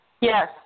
Yes